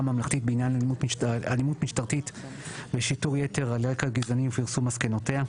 ממלכתית בעניין אלימות משטרתית ושיטור יתר על רקע גזעני ופרסום מסקנותיה.